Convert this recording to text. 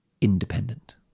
Independent